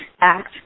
act